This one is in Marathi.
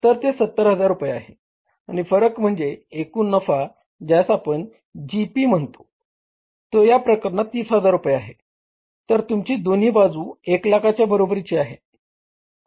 तर ते 70000 रुपये आहे आणि फरक म्हणजे एकूण नफा ज्यास आपण जीपी म्हणतो तो या प्रकरणात 30000 रुपये आहे तर तुमची दोन्ही बाजू 100000 च्या बरोबरीची आहे